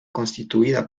constituida